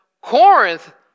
Corinth